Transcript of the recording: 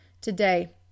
today